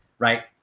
right